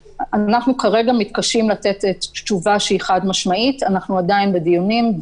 כרגע אנחנו מתקשים לתת תשובה חד-משמעית ואנחנו עדיין בדיונים.